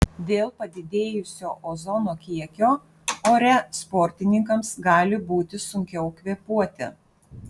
dėl padidėjusio ozono kiekio ore sportininkams gali būti sunkiau kvėpuoti